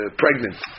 pregnant